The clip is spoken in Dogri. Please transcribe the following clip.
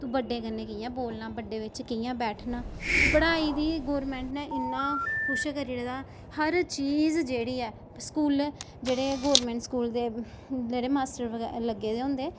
तूं बड्डें कन्नै कि'यां बोलना बड्डें बिच्च कि'यां बैठना पढ़ाई बी गौरमैंट ने इन्ना कुछ करी ओड़े दा हर चीज जेह्ड़ी ऐ स्कूलें जेह्ड़े गौरमैंट स्कूल दे जेह्ड़े मास्टर बगै लग्गे दे होंदे